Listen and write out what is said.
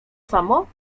samo